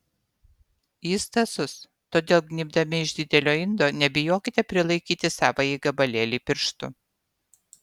jis tąsus todėl gnybdami iš didelio indo nebijokite prilaikyti savąjį gabalėlį pirštu